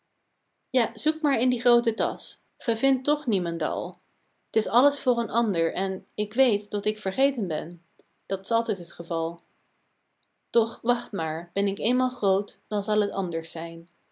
ja zoek maar in die groote tasch ge vindt toch niemendal t is alles voor een ander en ik weet dat ik vergeten ben dat s altijd het geval doch wacht maar ben ik eenmaal groot dan zal het anders zijn